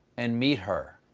and meet her.